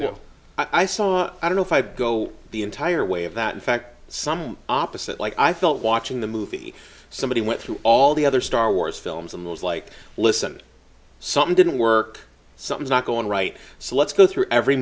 i saw i don't know if i'd go the entire way of that in fact some opposite like i thought watching the movie somebody went through all the other star wars films and was like listen something didn't work something's not going right so let's go through every